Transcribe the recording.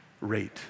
rate